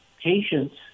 patients